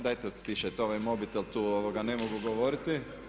Dajte stišajte ovaj mobitel tu, ne mogu govoriti.